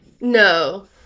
No